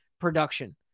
production